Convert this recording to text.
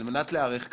על מנת להיערך כראוי.